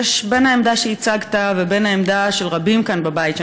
בין העמדה שהצגת ובין העמדה של רבים כאן בבית,